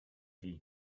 hiv